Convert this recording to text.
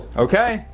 okay,